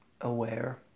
aware